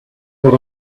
what